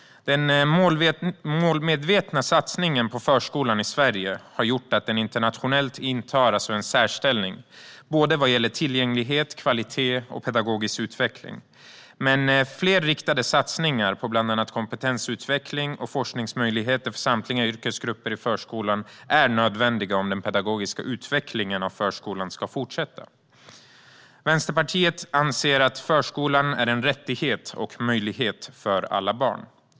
Den målmedvetna satsningen på förskolan i Sverige har gjort att den internationellt sett intar en särställning vad gäller såväl tillgänglighet som kvalitet och pedagogisk utveckling. Men fler riktade satsningar på bland annat kompetensutveckling och forskningsmöjligheter för samtliga yrkesgrupper i förskolan är nödvändiga om den pedagogiska utvecklingen av förskolan ska fortsätta. Vänsterpartiet anser att förskolan är en rättighet och en möjlighet för alla barn.